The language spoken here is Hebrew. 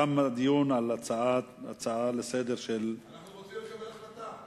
תם הדיון על ההצעה לסדר, אנחנו רוצים לקבל החלטה.